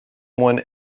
one